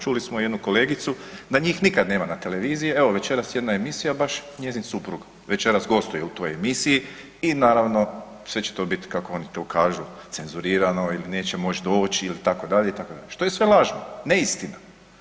Čuli smo jednu kolegicu da njih nikad nema na televiziji, evo večeras jedna emisija, baš njezin suprug večeras gostuje u toj emisiji i naravno, sve će to bit kako oni to kažu, cenzurirano ili neće moć doći itd., itd., što je sve lažno, neistina.